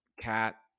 Cat